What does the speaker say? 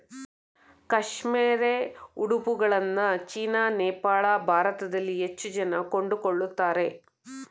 cashmere ಉಡುಪುಗಳನ್ನ China, Nepal, ಭಾರತದಲ್ಲಿ ಹೆಚ್ಚು ಜನ ಕೊಂಡುಕೊಳ್ಳುತ್ತಾರೆ